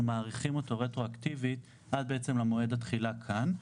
מאריכים אותו רטרואקטיבית עד למועד התחילה כאן.